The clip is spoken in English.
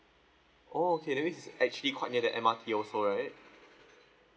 orh okay that means it's actually quite near the M_R_T also right